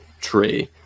tree